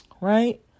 Right